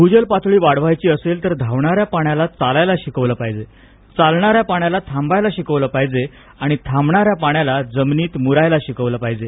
भूजल पातळी वाढवायची असेल तर धावणाऱ्या पाण्याला चालायला शिकवल पाहिजे चालणाऱ्या पाण्याला थांबायला शिकवल पाहिजे आणि थांबणाऱ्या पाण्याला जमिनीत मूरायला शिकवल पाहिजे